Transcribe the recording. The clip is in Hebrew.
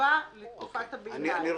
תשובה לתקופת הביניים.